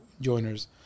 joiners